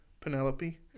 Penelope